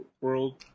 World